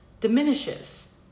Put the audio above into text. diminishes